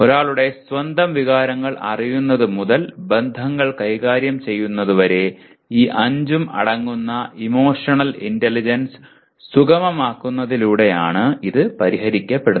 ഒരാളുടെ സ്വന്തം വികാരങ്ങൾ അറിയുന്നത് മുതൽ ബന്ധങ്ങൾ കൈകാര്യം ചെയ്യുന്നതുവരെ ഈ അഞ്ചും അടങ്ങുന്ന ഇമോഷണൽ ഇന്റലിജൻസ് സുഗമമാക്കുന്നതിലൂടെയാണ് ഇത് പരിഹരിക്കപ്പെടുന്നത്